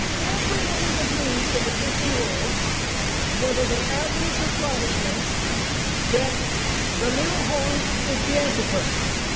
everyone is agreed in the christian world whether they're adventists or protestants that the little horn is the antichrist.